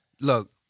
Look